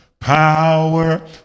power